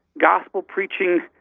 gospel-preaching